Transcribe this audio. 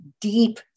deep